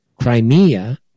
Crimea